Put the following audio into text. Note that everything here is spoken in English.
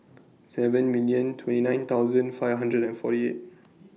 seven millions twenty nine thousands five hundreds and forty